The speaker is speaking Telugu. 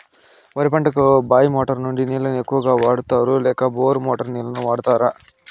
వరి పంటకు బాయి మోటారు నుండి నీళ్ళని ఎక్కువగా వాడుతారా లేక బోరు మోటారు నీళ్ళని వాడుతారా?